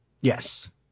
Yes